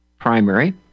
primary